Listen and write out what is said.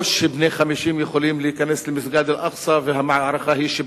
לא שבני 50 יכולים להיכנס למסגד אל-אקצא והמערכה היא על כך